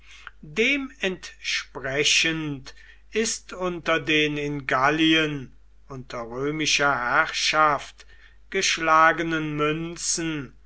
dementsprechend ist unter den in gallien unter römischer herrschaft geschlagenen münzen